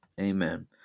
Amen